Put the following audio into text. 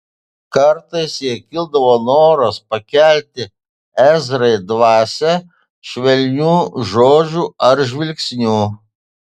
kartais jai kildavo noras pakelti ezrai dvasią švelniu žodžiu ar žvilgsniu